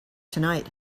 tonight